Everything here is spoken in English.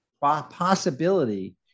possibility